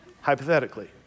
Hypothetically